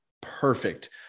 perfect